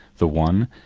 the one,